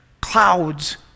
Clouds